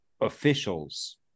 officials